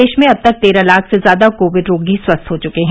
देश में अब तक तेरह लाख से ज्यादा कोविड रोगी स्वस्थ हो चुके हैं